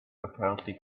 apparently